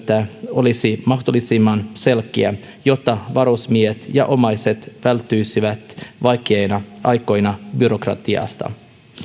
olisi mahdollisimman selkeä jotta varusmiehet ja omaiset välttyisivät vaikeina aikoina byrokratialta